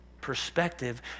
perspective